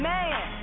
Man